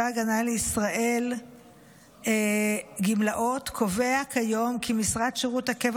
הגנה לישראל (גמלאות) קובע כיום כי משרת שירות הקבע